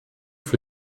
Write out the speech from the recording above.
für